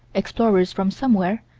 explorers from somewhere,